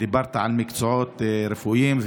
דיברת על מקצועות רפואיים,